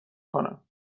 کنم